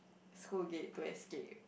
school gate to escape